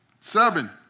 seven